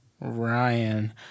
Ryan